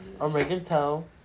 oregano